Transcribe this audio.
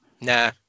nah